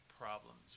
problems